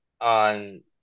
on